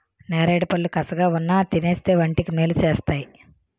నేరేడుపళ్ళు కసగావున్నా తినేస్తే వంటికి మేలు సేస్తేయ్